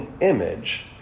image